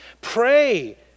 Pray